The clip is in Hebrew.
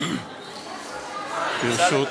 ברשות